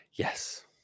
Yes